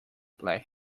black